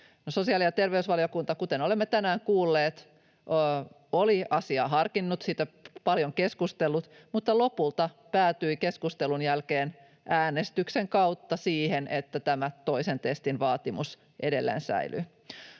Sosiaali‑ ja terveysvaliokunta, kuten olemme tänään kuulleet, oli asiaa harkinnut, siitä paljon keskustellut mutta lopulta päätyi keskustelun jälkeen äänestyksen kautta siihen, että tämä toisen testin vaatimus edelleen säilyy.